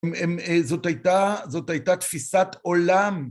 זאת הייתה תפיסת עולם.